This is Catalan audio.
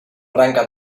branca